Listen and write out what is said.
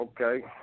Okay